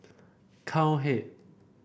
cowhead